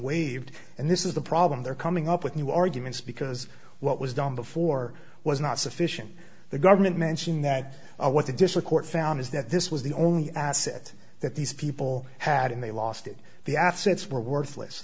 waived and this is the problem they're coming up with new arguments because what was done before was not sufficient the government mentioned that what the district court found is that this was the only asset that these people had and they lost it the assets were worthless